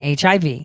HIV